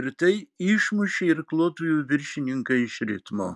ir tai išmušė irkluotojų viršininką iš ritmo